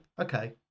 okay